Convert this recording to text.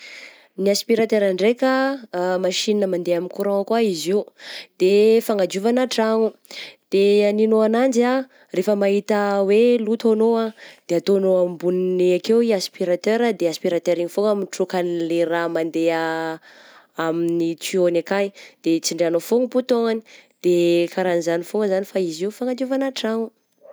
Ny aspiratera ndraika machine mandeha amin'ny courant koa izy io, de fagnadiovana trano, de agninonao ananjy ah rehefa mahita hoe loto anao ah de ataonao amboniny akeo aspiratera de aspiratera iny foana mitroka le raha mandeha amin'ny tiôgny akay, de sindrianao foagna bouttoany, de kara zany foana zany fa izy io fanadiovana tragno.